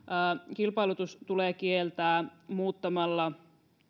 kilpailutus tulee kieltää muuttamalla